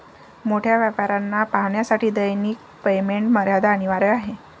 मोठ्या व्यापाऱ्यांना पाहण्यासाठी दैनिक पेमेंट मर्यादा अनिवार्य आहे